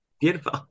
Beautiful